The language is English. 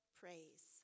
praise